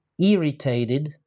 irritated